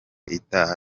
itaha